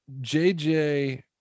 JJ